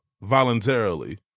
voluntarily